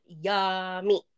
yummy